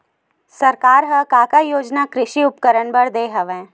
सरकार ह का का योजना कृषि उपकरण बर दे हवय?